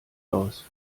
aus